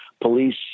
police